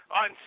on